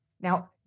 Now